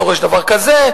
דורש דבר כזה,